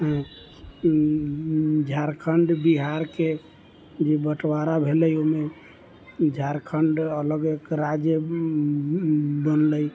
झारखण्ड बिहारके जे बँटवारा भेलै ओहिमे झारखण्ड अलग एक राज्य बनलै